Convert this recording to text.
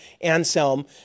Anselm